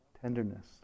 tenderness